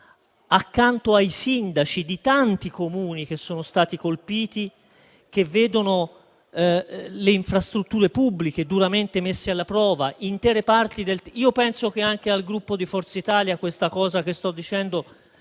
accanto ai sindaci di tanti Comuni che sono stati colpiti, che vedono le infrastrutture pubbliche duramente messe alla prova. *(Brusio).*